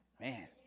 Man